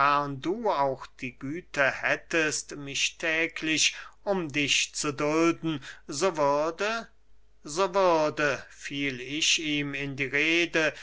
wofern du auch die güte hättest mich täglich um dich zu dulden so würde so würde fiel ich ihm in die rede